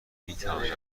میتوانید